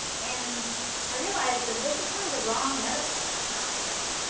and i realized that this is kind of the wrong metaphor. it's not like this.